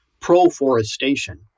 pro-forestation